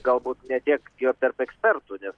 galbūt ne tiek jo tarp ekspertų nes